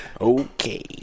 Okay